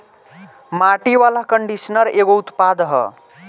माटी वाला कंडीशनर एगो उत्पाद ह